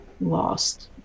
lost